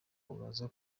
uraza